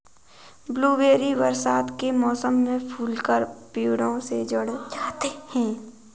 blueberry बरसात के मौसम में फूलकर पेड़ों से झड़ जाते हैं